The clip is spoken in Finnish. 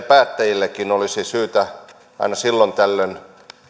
päättäjienkin olisi syytä aina silloin tällöin